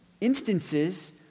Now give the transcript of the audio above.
instances